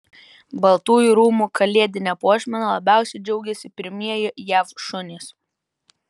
baltųjų rūmų kalėdine puošmena labiausiai džiaugiasi pirmieji jav šunys